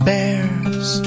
Bears